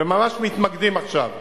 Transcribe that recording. וממש מתמקדים עכשיו בעולים,